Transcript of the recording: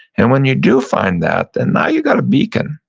and when you do find that, then now you've got a beacon.